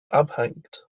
abhängt